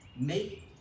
Make